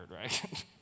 right